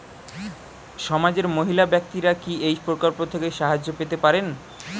সমাজের মহিলা ব্যাক্তিরা কি এই প্রকল্প থেকে সাহায্য পেতে পারেন?